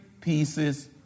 pieces